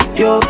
yo